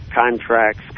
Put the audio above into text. contracts